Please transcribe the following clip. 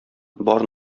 бар